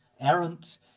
errant